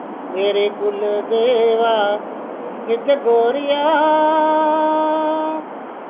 मेरे कुलदेवा सिद्ध गोरिया